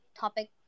topic